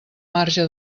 marge